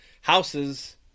Houses